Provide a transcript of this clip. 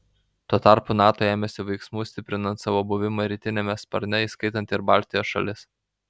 tuo tarpu nato ėmėsi veiksmų stiprinant savo buvimą rytiniame sparne įskaitant ir baltijos šalis